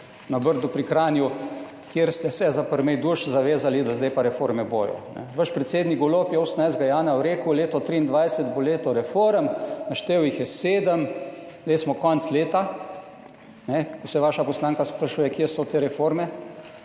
na Brdu pri Kranju, kjer ste se za prmejduš zavezali, da zdaj pa reforme bodo. Vaš predsednik Golob je 18. januarja rekel, leto 2023 bo leto reform, naštel jih je sedem, zdaj je konec leta, ko se vaša poslanka sprašuje, kje so te reforme.